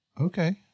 Okay